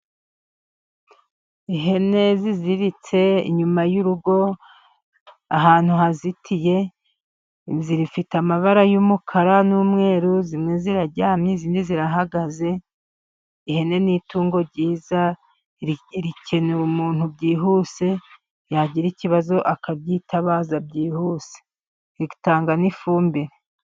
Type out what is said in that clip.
Ihene ziziritse inyuma y'urugo ahantu hazitiye. Zifite amabara y'umukara n'umweru. zimwe ziraryamye, izindi zirahagaze. Ihene ni itungo ryiza rikenewe. Umuntu byihuse yagira ikibazo akaryitabaza byihuse. Ritanga n'ifumbire.